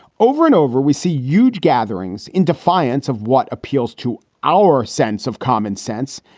over and over, we see huge gatherings in defiance of what appeals to our sense of common sense.